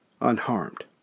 unharmed